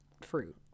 fruit